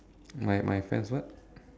my my friends what